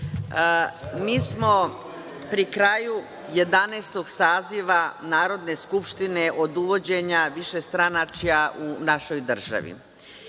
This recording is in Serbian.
mi smo pri kraju Jedanaestog saziva Narodne skupštine od uvođenja višestranačja u našoj državi.